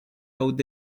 out